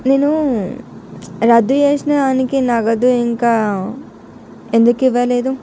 నేను రద్దు చేసిన దానికి నగదు ఇంకా ఎందుకు ఇవ్వలేదు